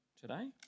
today